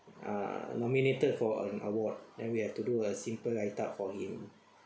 ah nominated for an award then we have to do a simple write up for him